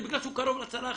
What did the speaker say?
זה בגלל שהוא קרוב לצלחת,